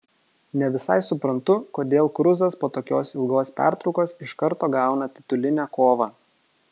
ne visai suprantu kodėl kruzas po tokios ilgos pertraukos iš karto gauna titulinę kovą